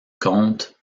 compte